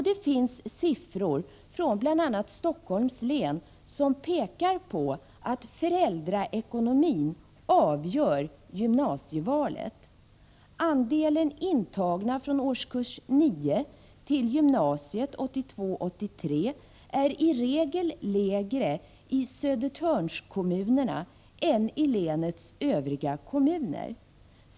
Det finns siffror från bl.a. Stockholms län som pekar på att föräldraekonomin avgör gymnasievalet. Andelen intagna från årskurs 9 till gymnasiet läsåret 1982/83 var i regel lägre i Södertörnkommunerna än i länets övriga kommuner.